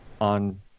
on